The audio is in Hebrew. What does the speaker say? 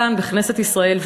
כאן בכנסת ישראל,